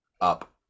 Up